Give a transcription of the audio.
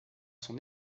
son